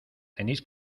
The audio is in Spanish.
tenéis